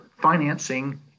financing